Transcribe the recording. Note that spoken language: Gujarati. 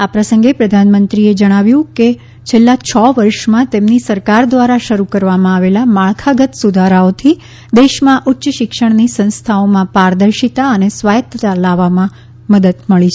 આ પ્રસંગે પ્રધાનમંત્રી શ્રી મોદીએ જણાવ્યું કે છેલ્લા છ વર્ષમાં તેમની સરકાર દ્વારા શરૃ કરવામાં આવેલા માળખાગત સુધારાઓથી દેસમાં ઉચ્ય શિક્ષણની સંસ્થાઓમાં પારદર્શિતા અને સ્વાયત્તતા લાવવામાં આવી છે